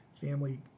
family